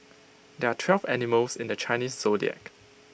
there are twelve animals in the Chinese Zodiac